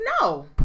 no